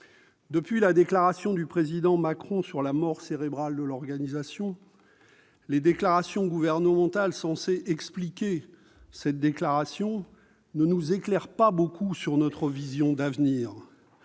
Depuis les propos du président Macron sur la « mort cérébrale » de l'Organisation, les déclarations gouvernementales censées les expliquer ne nous éclairent pas beaucoup sur notre vision d'avenir.